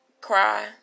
Cry